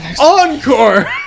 Encore